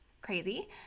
crazy